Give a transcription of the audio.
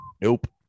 Nope